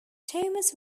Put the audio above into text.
thomas